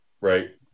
Right